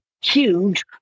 huge